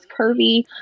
curvy